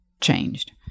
changed